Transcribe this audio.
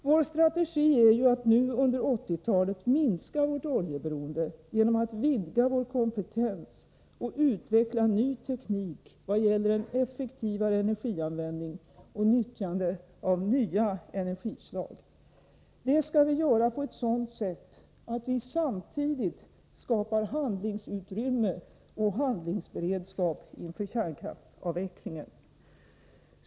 Vår strategi är ju att nu under 1980-talet minska vårt oljeberoende genom att vidga vår kompetens och utveckla ny teknik vad gäller en effektivare energianvändning och nyttjandet av nya energislag. Det skall vi göra på ett sådant sätt att vi samtidigt skapar handlingsutrymme och handlingsberedskap inför kärnkraftsavvecklingen.